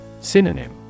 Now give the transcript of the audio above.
Synonym